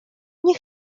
nie